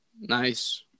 Nice